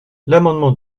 l’amendement